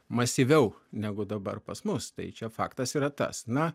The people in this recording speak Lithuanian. masyviau negu dabar pas mus tai čia faktas yra tas na